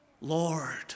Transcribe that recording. Lord